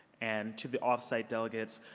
and to the off-site delegates,